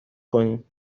کنیم